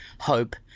hope